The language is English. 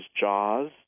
JAWS